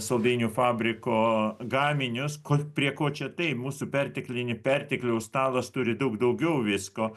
saldainių fabriko gaminius ko prie ko čia tai mūsų perteklinį pertekliaus stalas turi daug daugiau visko